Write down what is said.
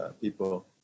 people